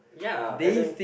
ya as in